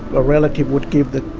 a relative would give the,